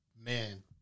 Man